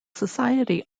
society